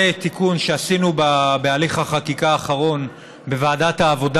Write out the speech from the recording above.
זה תיקון שעשינו בהליך החקיקה האחרון בוועדת העבודה